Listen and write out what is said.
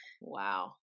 wow